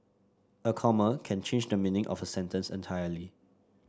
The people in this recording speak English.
a comma can change the meaning of a sentence entirely